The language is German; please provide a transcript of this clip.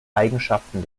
eigenschaften